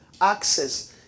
access